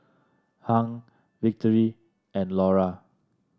Hung Victory and Laura